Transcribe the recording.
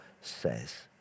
says